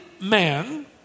man